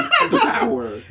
power